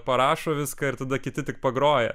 parašo viską ir tada kiti tik pagroja